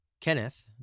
Kenneth